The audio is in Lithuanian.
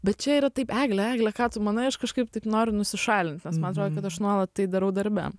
bet čia yra taip egle egle ką tu manai aš kažkaip taip noriu nusišalint nes man atrodo kad aš nuolat tai darau darbe